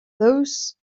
those